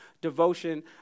devotion